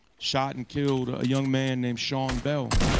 shot and killed a young man named sean bell.